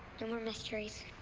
no more mysteries.